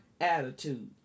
attitude